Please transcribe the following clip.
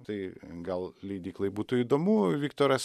tai gal leidyklai būtų įdomu viktoras